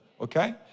Okay